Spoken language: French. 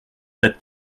cette